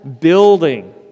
building